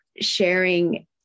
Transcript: sharing